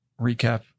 recap